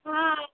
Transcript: हँ